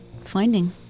finding